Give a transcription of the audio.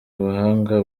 ubuhanga